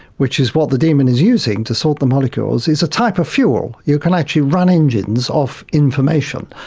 which is what the demon is using to sort the molecules, is a type of fuel. you can actually run engines off information.